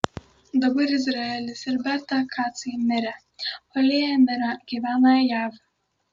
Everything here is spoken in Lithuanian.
dabar izraelis ir berta kacai mirę o lėja mira gyvena jav